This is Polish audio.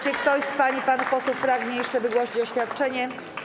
Czy ktoś z pań i panów posłów pragnie jeszcze wygłosić oświadczenie?